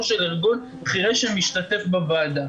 של ארגון של חירשים שמשתתף בישיבת הוועדה.